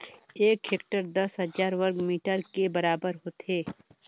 एक हेक्टेयर दस हजार वर्ग मीटर के बराबर होथे